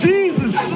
Jesus